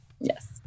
Yes